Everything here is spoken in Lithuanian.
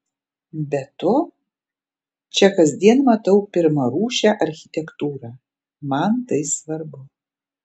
be to čia kasdien matau pirmarūšę architektūrą man tai svarbu